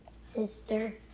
sister